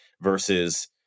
versus